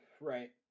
Right